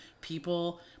people